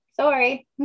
sorry